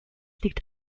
liegt